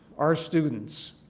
our students.